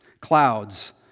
Clouds